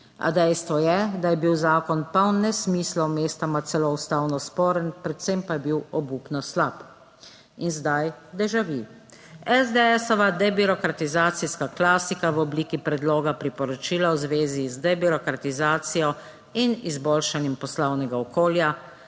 a dejstvo je, da je bil zakon poln nesmislov, mestoma celo ustavno sporen, predvsem pa je bil obupno slab. In zdaj dežavi. SDS-ova debirokratizacijska klasika v obliki Predloga priporočila v zvezi z debirokratizacijo in izboljšanjem poslovnega okolja,